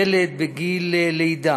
ילד בגיל לידה,